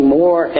more